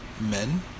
Men